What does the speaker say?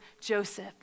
Joseph